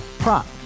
Prop